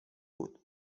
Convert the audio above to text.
بود